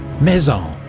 maison,